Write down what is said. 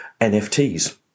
NFTs